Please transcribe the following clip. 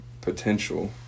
potential